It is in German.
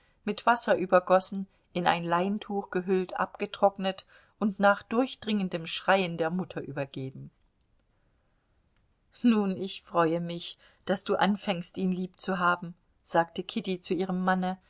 mit wasser übergossen in ein leintuch gehüllt abgetrocknet und nach durchdringendem schreien der mutter übergeben nun ich freue mich daß du anfängst ihn liebzuhaben sagte kitty zu ihrem manne